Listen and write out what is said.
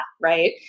right